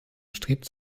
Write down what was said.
bestrebt